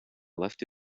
left